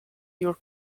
your